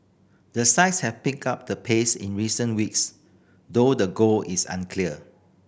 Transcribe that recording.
the sides have picked up the pace in recent weeks though the goal is unclear